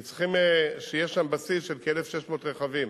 כי צריכים שיהיה שם בסיס של כ-1,600 רכבים